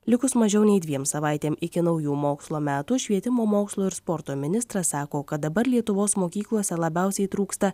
likus mažiau nei dviem savaitėm iki naujų mokslo metų švietimo mokslo ir sporto ministras sako kad dabar lietuvos mokyklose labiausiai trūksta